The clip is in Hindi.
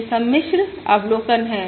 यह सम्मिश्र अवलोकन है